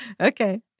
Okay